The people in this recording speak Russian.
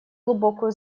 глубокую